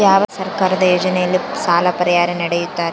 ಯಾವ ಸರ್ಕಾರದ ಯೋಜನೆಯಲ್ಲಿ ಸಾಲ ಪರಿಹಾರ ನೇಡುತ್ತಾರೆ?